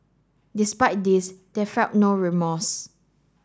despite this they felt no remorse